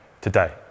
today